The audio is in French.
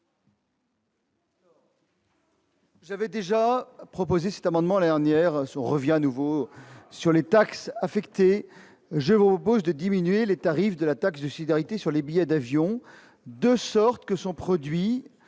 J'avais déjà présenté cet amendement l'année dernière. Nous en revenons aux taxes affectées. Je vous propose de diminuer les tarifs de la taxe de solidarité sur les billets d'avion de sorte que son produit